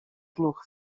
gloch